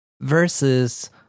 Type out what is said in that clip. versus